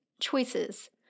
choices